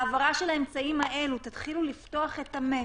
להעברה של האמצעים האלו תתחילו לפתוח את המשק,